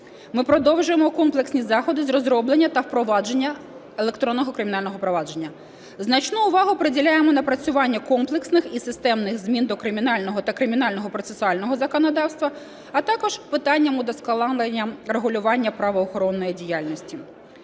Ми продовжуємо комплексні заходи з розроблення та впровадження електронного кримінального провадження. Значну увагу приділяємо напрацюванню комплексних і системних змін до кримінального та кримінального процесуального законодавства, а також питанням удосконалення регулювання правоохоронної діяльності.